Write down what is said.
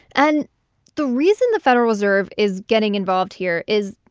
and the reason the federal reserve is getting involved here is,